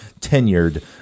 tenured